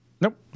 Nope